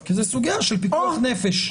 כי זאת סוגיה של פיקוח נפש.